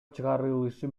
чыгарылышы